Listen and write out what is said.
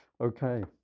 Okay